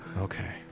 Okay